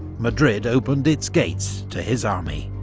madrid opened its gates to his army.